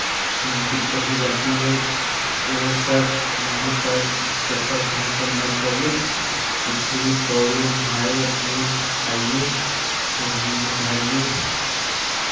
दिक्कत हो जाती है वह सब नंगे पैर चप्पल पहनकर मत जाईए उसी में पहोड़ियों नहाए अपने आइए आ घूमने टहलिए